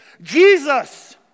Jesus